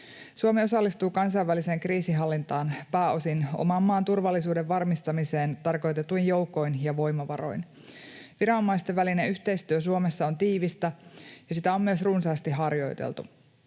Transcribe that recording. Suomi osallistuu kansainväliseen kriisinhallintaan pääosin oman maan turvallisuuden varmistamiseen tarkoitetuin joukoin ja voimavaroin. Viranomaisten välinen yhteistyö Suomessa on tiivistä, ja sitä on myös runsaasti harjoiteltu.